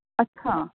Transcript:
ਅੱਛਾ